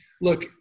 look